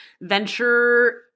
venture